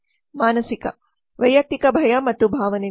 ಮಾನಸಿಕ ವೈಯಕ್ತಿಕ ಭಯ ಮತ್ತು ಭಾವನೆಗಳು